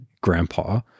Grandpa